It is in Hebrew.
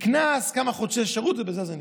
קנס, כמה חודשי שירות, ובזה זה נגמר.